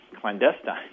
clandestine